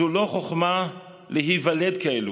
זו לא חוכמה להיוולד כאלה,